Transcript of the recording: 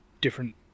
different